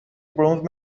bronze